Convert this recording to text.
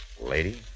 Lady